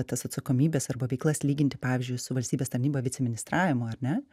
tas atsakomybes arba veiklas lyginti pavyzdžiui su valstybės tarnyba viceministravimu ar ne